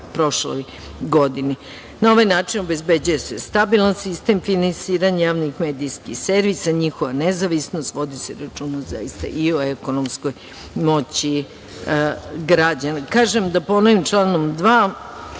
ovaj način obezbeđuje se stabilan sistem finansiranja javnih medijskih servisa, njihova nezavisnost, vodi se računa i o ekonomskoj moći građana. Da